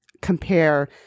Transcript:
compare